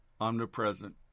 omnipresent